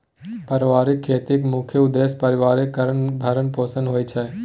परिबारिक खेतीक मुख्य उद्देश्य परिबारक भरण पोषण होइ छै